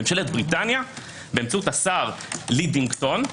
ממשלת בריטניה באמצעות השר לי דינגטון,